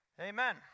Amen